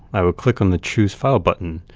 i will click on the choose file button,